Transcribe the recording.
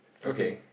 okay